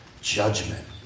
judgment